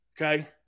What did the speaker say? Okay